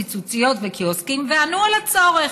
פיצוציות וקיוסקים וענו על הצורך.